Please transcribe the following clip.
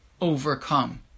overcome